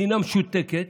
המדינה משותקת,